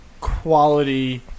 quality